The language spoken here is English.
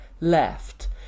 left